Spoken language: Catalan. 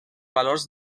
valors